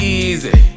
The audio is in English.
easy